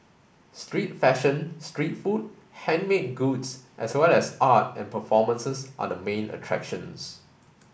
street fashion street food handmade goods as well as art and performances are the main attractions